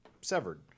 severed